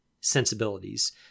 sensibilities